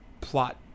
plot